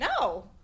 no